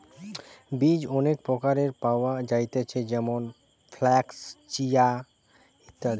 বীজ অনেক প্রকারের পাওয়া যায়তিছে যেমন ফ্লাক্স, চিয়া, ইত্যাদি